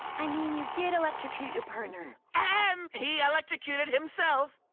i mean, you did electrocute your partner. and he electrocuted himself!